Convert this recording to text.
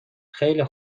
خیلی